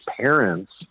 parents